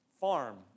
farm